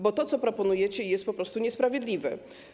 Bo to, co proponujecie, jest po prostu niesprawiedliwe.